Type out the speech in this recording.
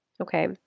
okay